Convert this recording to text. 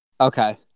Okay